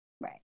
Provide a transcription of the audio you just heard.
Right